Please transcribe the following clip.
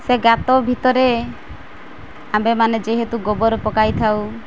ସେ ଗାତ ଭିତରେ ଆମ୍ଭେମାନେ ଯେହେତୁ ଗୋବର ପକାଇଥାଉ